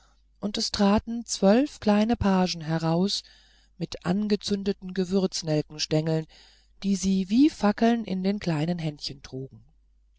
und es traten zwölf kleine pagen heraus mit angezündeten gewürznelkstengeln die sie wie fackeln in den kleinen händchen trugen